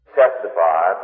testify